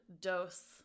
dose